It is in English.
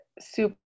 super